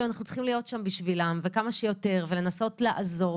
כי אנחנו צריכים להיות שם בשבילם וכמה שיותר ולנסות לעזור.